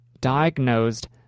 diagnosed